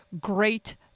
great